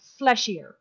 fleshier